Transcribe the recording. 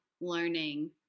learning